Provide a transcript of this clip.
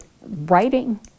writing